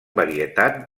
varietat